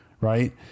Right